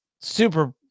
super